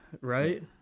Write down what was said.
Right